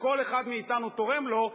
שכל אחד מאתנו תורם לו,